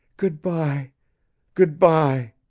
good-by good-by